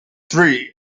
three